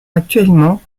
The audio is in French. actuellement